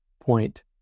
point